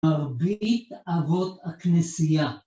מרבית אבות הכנסייה